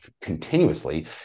continuously